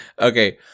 Okay